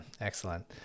Excellent